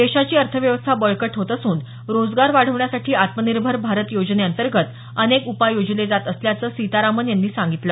देशाची अर्थव्यवस्था बळकट होत असून रोजगार वाढवण्यासाठी आत्मनिर्भर भारत योजनेअंतर्गत अनेक उपाय योजले जात असल्याचं सीतारामन यांनी सांगितलं